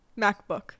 macbook